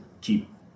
keep